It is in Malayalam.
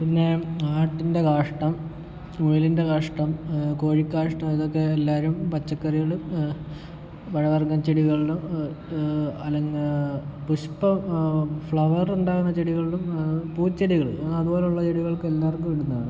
പിന്നെ ആട്ടിൻ്റെ കാഷ്ടം മുയലിൻ്റെ കാഷ്ടം കോഴിക്കാഷ്ടം ഇതൊക്കെ എല്ലാവരും പച്ചക്കറികളിലും പഴവർഗ്ഗ ചെടികളിലും അല്ലെങ്കിൽ പുഷ്പ ഫ്ലവർ ഉണ്ടാകുന്ന ചെടികളിലും പൂച്ചെടികളിലും അതുപോലുള്ള ചെടികൾക്കും എല്ലാവർക്കും ഇടുന്നതാണ്